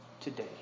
today